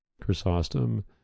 Chrysostom